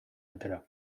atera